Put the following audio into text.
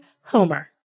Homer